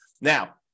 now